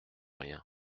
rien